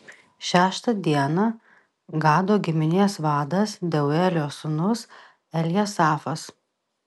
šeštą dieną gado giminės vadas deuelio sūnus eljasafas